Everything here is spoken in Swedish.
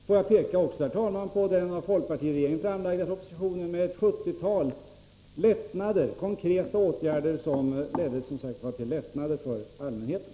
Får jag också, herr talman, peka på den av folkpartiregeringen framlagda antikrångelpropositionen med ett sjuttiotal konkreta åtgärder, som ledde till lättnader för allmänheten.